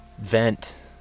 vent